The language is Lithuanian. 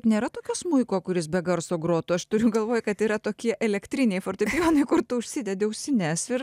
nėra tokio smuiko kuris be garso grotų aš turiu galvoj kad yra tokie elektriniai fortepijonai kur tu užsidedi ausines ir